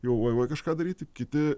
jau va va kažką daryti kiti